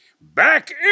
back